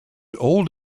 old